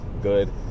good